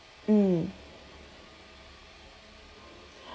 mm